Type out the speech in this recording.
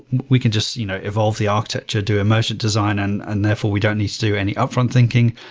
we can just you know evolve the architecture, do a merchant design and and therefore we don't need to do any upfront thinking.